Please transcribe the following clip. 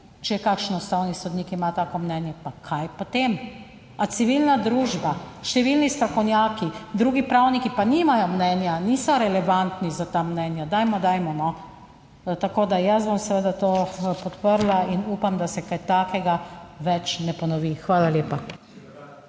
če je kakšen ustavni sodnik, ima tako mnenje, pa kaj potem, a civilna družba, številni strokovnjaki, drugi pravniki, pa nimajo mnenja, niso relevantni za ta mnenja. Dajmo, dajmo, no.. Tako, da jaz bom seveda to podprla in upam, da se kaj takega več ne ponovi. Hvala lepa.